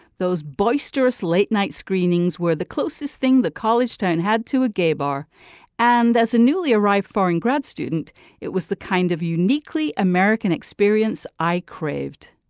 those boisterous late night screenings were the closest thing the college town had to a gay bar and as a newly arrived foreign grad student it was the kind of uniquely american experience i craved.